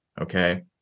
okay